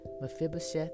Mephibosheth